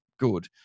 good